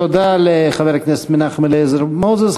תודה לחבר הכנסת מנחם אליעזר מוזס.